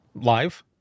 live